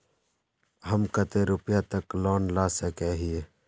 हम कते रुपया तक लोन ला सके हिये?